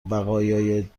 بقایای